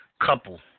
couple